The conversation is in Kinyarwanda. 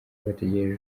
bategereje